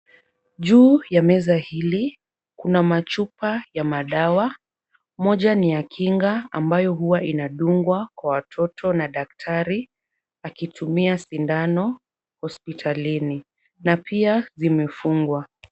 Juu ya meza hili kuna machupa ya madawa. Moja ni ya kinga ambayo huwa inadungwa kwa watoto na daktari, akitumia sindano hospitalini na pia zimefungwa.